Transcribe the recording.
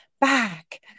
Back